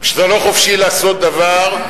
כשאתה לא חופשי לעשות דבר,